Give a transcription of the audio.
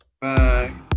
Bye